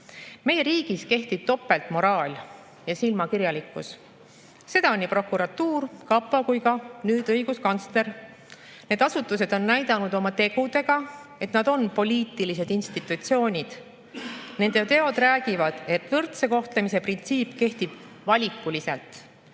Meie riigis kehtib topeltmoraal ja silmakirjalikkus. Need asutused – nii prokuratuur, kapo kui ka nüüd õiguskantsler – on näidanud oma tegudega seda, et nad on poliitilised institutsioonid. Nende teod räägivad, et võrdse kohtlemise printsiip kehtib valikuliselt.